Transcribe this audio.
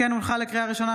כמו כן הונחה לקריאה ראשונה,